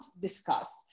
discussed